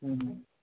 ਹਮ ਹਮ